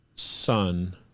son